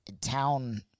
town